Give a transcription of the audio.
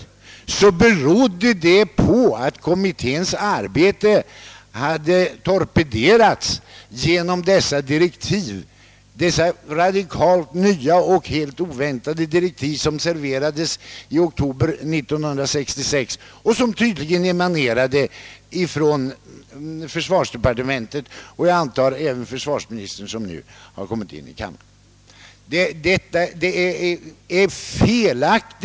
Men detta berodde på att dess arbete torpederats genom de radikalt nya och helt oväntade inofficiella direktiv, som serverades i oktober 1966 och som tydligen emanerade från försvarsdepartementet, jag antar även från försvarsministern, som jag nu ser har kommit in i kammaren.